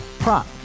Prop